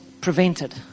prevented